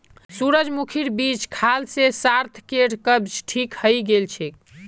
सूरजमुखीर बीज खाल से सार्थकेर कब्ज ठीक हइ गेल छेक